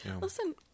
Listen